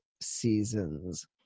season's